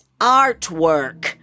artwork